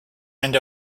and